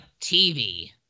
TV